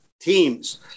teams